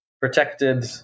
protected